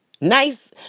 Nice